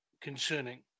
concerning